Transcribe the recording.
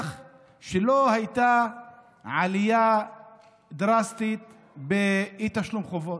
שלא הייתה עלייה דרסטית באי-תשלום חובות.